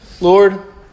Lord